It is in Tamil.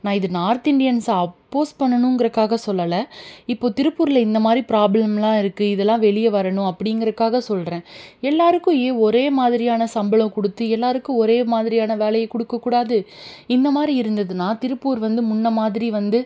நான் இது நார்த் இண்டியன்ஸை அப்போஸ் பண்ணணுங்கிறக்காக சொல்லலை இப்போது திருப்பூரில் இந்த மாதிரி ப்ராப்ளம்லாம் இருக்குது இதெல்லாம் வெளியே வரணும் அப்படிங்கறக்காக சொல்கிறேன் எல்லோருக்கும் ஏன் ஒரே மாதிரியான சம்பளம் கொடுத்து எல்லோருக்கும் ஒரே மாதிரியான வேலையை கொடுக்கக்கூடாது இந்த மாதிரி இருந்ததுனால் திருப்பூர் வந்து முன்னேமாதிரி வந்து